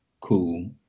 cool